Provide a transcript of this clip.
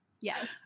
Yes